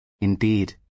Indeed